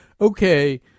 okay